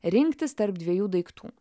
rinktis tarp dviejų daiktų